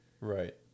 Right